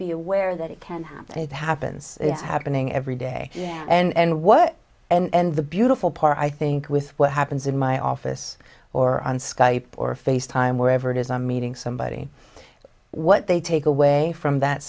be aware that it can happen it happens it's happening every day yeah and what and the beautiful part i think with what happens in my office or on skype or face time wherever it is a meeting somebody what they take away from that